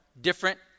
different